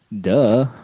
Duh